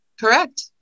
Correct